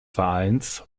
vereins